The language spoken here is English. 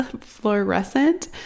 Fluorescent